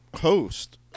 host